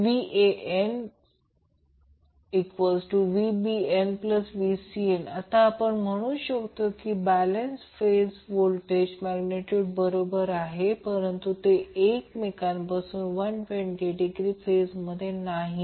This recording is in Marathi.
VanVbnVcn आता आपण म्हणू शकतो की बॅलेन्स फेज व्होल्टेज हे मॅग्नेट्यूडमध्ये बरोबर आहेत परंतु ते एकमेकांपासून 120 डिग्री फेजमध्ये नाहीत